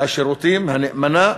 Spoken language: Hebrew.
השירותים הנאמנה,